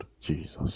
Jesus